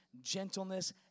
gentleness